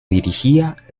dirigía